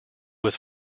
was